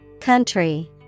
Country